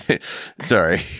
Sorry